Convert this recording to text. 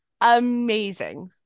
Amazing